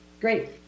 great